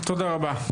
תודה רבה.